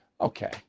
okay